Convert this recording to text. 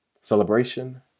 Celebration